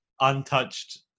untouched